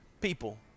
people